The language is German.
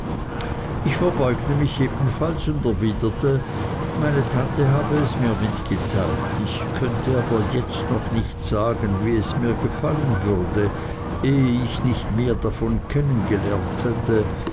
ich verbeugte mich ebenfalls und erwiderte meine tante habe es mir mitgeteilt ich könnte aber jetzt noch nicht sagen wie es mir gefallen würde ehe ich nicht mehr davon kennen gelernt hätte